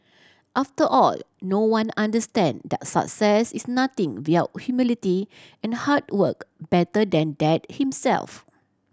after all no one understand that success is nothing without humility and hard work better than Dad himself